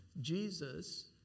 Jesus